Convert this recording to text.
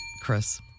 Chris